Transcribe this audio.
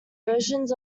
versions